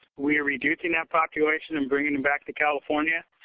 we are reducing that population and bringing them back to california.